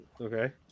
Okay